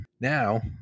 Now